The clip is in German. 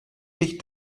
sich